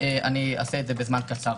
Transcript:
ואעשה זאת בזמן קצר.